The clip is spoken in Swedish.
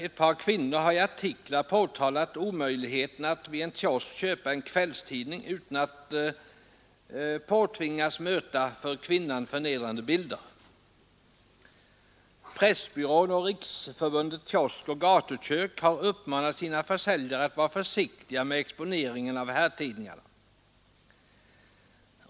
Ett par kvinnor har i artiklar påtalat omöjligheten att vid en kiosk köpa en kvällstidning utan att tvingas möta för kvinnan förnedrande bilder. Pressbyrån och Riksförbundet Kioskoch gatukök har uppmanat sina försäljare att vara försiktiga med exponeringen av herrtidningarna.